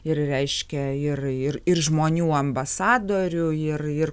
ir reiškia ir ir ir žmonių ambasadorių ir ir